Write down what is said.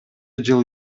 жыл